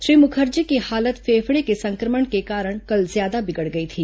श्री मुखर्जी की हालत फेफड़े के संक्रमण के कारण कल ज्यादा बिगड गई थी